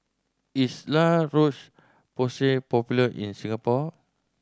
is La Roche Porsay popular in Singapore